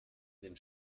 den